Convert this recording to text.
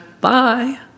bye